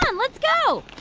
and let's go.